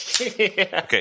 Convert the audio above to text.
Okay